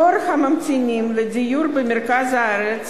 תור הממתינים לדיור במרכז הארץ,